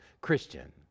Christian